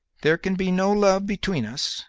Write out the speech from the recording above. there can be no love between us,